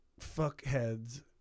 fuckheads